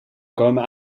komen